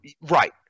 Right